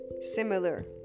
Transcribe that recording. similar